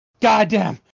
Goddamn